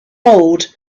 old